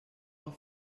are